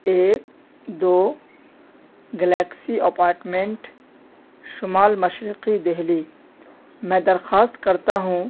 ایک دو Galaxy apartment شمال مشرقی دہلی میں درخواست کرتا ہوں